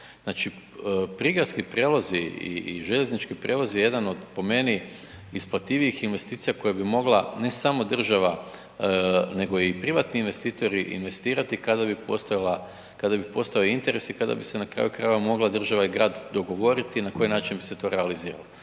znači prigradski prijevozi i željeznički prijevoz je jedan od po meni isplativijih investicija koje bi mogla ne samo država, nego i privatni investitori investirati kada bi postojala, kada bi postojao interes i kada bi se na kraju krajeva mogla država i grad dogovoriti na koji način bi se to realizirati,